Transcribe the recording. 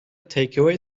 takeaway